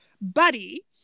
buddy